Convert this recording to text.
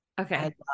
Okay